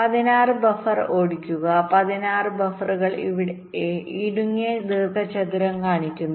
16 buffer ഓടിക്കുക 16 ബഫറുകൾ ഈ ഇടുങ്ങിയ ദീർഘചതുരം കാണിക്കുന്നു